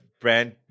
brand